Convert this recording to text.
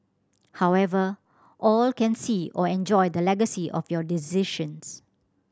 however all can see or enjoy the legacy of your decisions